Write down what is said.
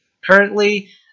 currently